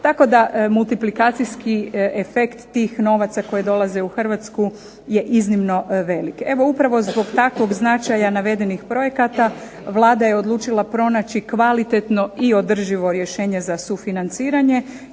tako da multiplikacijski efekt tih novaca koji dolaze u Hrvatsku je iznimno velik. Evo upravo zbog takvog značaja navedenih projekata Vlada je odlučila pronaći kvalitetno i održivo rješenje za sufinanciranje